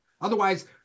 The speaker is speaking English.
Otherwise